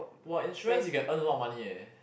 !wah! insurance you can earn a lot of money eh